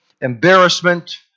embarrassment